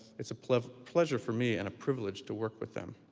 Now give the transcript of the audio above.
it's a pleasure pleasure for me and a privilege to work with them.